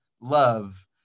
love